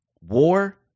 war